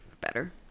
better